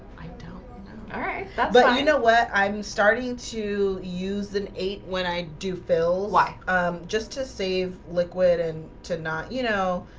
i don't all right, but i know what i'm starting to use an eight when i do phil why just to save liquid and to not you know,